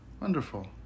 Wonderful